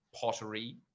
pottery